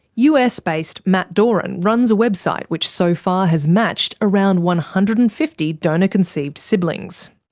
us based matt doran runs a website which so far has matched around one hundred and fifty donor conceived siblings.